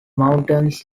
mountains